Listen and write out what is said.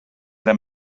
era